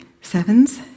sevens